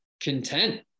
content